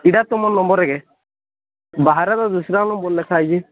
ଏଇଟା ତ ମୋ ନମ୍ୱର ଆଜ୍ଞା ବାହାରର ଦୁସରା ନମ୍ୱର ଲେଖା ହେଇଛି